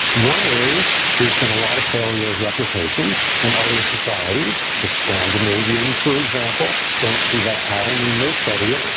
one is there's been a lot of failure of replications in other societies. the scandinavians, for example, don't see that pattern when they study it.